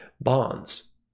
bonds